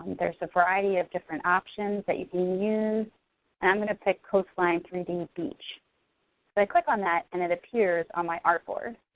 there's a variety of different options that you can use and i'm gonna pick coastline three d beach. but i click on that and it appears on my art board.